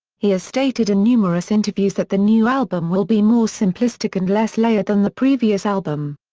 he has stated in numerous interviews that the new album will be more simplistic and less layered than the previous album.